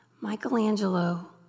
Michelangelo